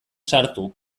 sartu